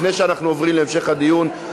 לפני שאנחנו עוברים להמשך הדיון,